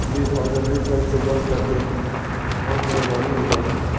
جی تھوڑا جلدی جلد سے جلد کر دیں بہت مہربانی ہوگی آپ کی